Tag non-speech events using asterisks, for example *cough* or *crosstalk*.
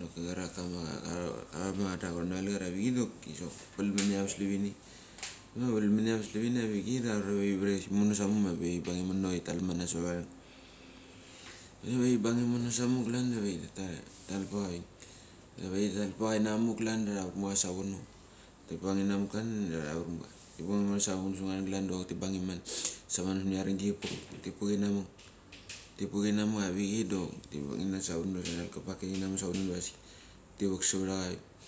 doki karak kava do chon ava lecher avichei, dok pel mini ava sle vini. Ve pel mini ava slevini avichei da arura vei veis nacha imono ti talmana sava cheng, pe va ti bang imono sumuk klan da tave titalpracha avik, Da tave ti talpracha da ta vermecha savono. Ti bang inamuk klan da ta varmecha. Ivono sa va ngareng klan do ok ti bang ime siminarenggi, ta pek, *noise* ti pek ianamak Tipek avichei, dok ti vang imene savono da ta rallea ka baket savono diva asik ti verk severacha *unintelligible*